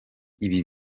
ibi